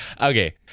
Okay